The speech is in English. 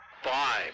Five